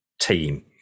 team